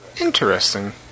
Interesting